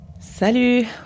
Salut